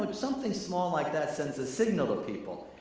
but something small like that sends a signal to people.